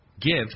give